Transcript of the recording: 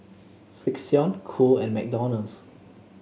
Frixion Cool and McDonald's